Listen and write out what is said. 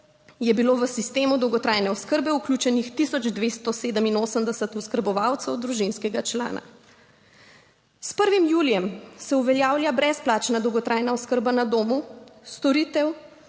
je bilo v sistemu dolgotrajne oskrbe vključenih 1287 oskrbovancev družinskega člana. S 1. julijem se uveljavlja brezplačna dolgotrajna oskrba na domu, storitev